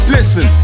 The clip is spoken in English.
Listen